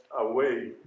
away